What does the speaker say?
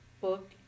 book